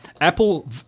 Apple